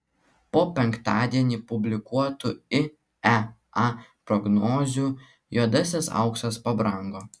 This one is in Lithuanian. po penktadienį publikuotų iea prognozių juodasis auksas pabrango